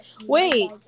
Wait